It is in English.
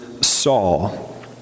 Saul